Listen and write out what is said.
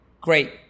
great